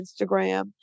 Instagram